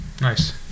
Nice